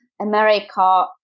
America